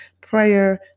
prayer